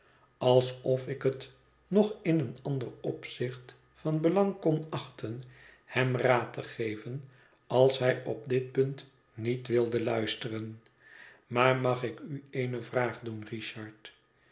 alsof ik het nog in een ander opzicht van belang kon achten hem raad te geven als hij op dit punt niet wilde luisteren maar mag ik u eene vraag doen richard